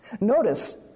Notice